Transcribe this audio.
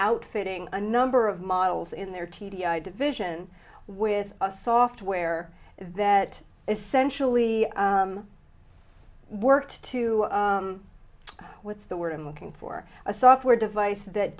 out fitting a number of models in their t d i division with a software that essentially worked to what's the word i'm looking for a software device that